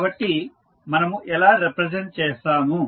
కాబట్టి మనము ఎలా రిప్రజెంట్ చేస్తాము